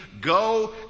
Go